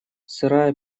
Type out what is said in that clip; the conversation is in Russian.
сырая